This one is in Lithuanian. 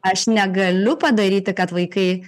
aš negaliu padaryti kad vaikai